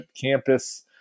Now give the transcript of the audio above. campus